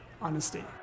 honesty